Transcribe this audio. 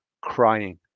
crying